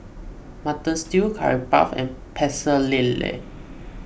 Mutton Stew Curry Puff and Pecel Lele